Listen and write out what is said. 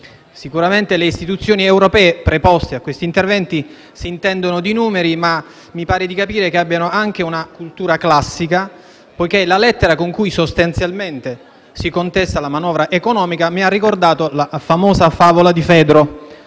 Sicuramente le istituzioni europee preposte a questi interventi si intendono di numeri, ma mi pare di capire che abbiano anche una cultura classica perché la lettera con cui, sostanzialmente, si contesta la manovra economica mi ha ricordato la famosa favola di Fedro